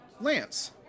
lance